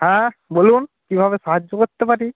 হ্যাঁ বলুন কীভাবে সাহায্য করতে পারি